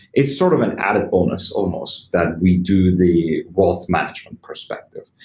it's sort of an added bonus almost that we do the wealth management perspective.